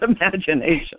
imagination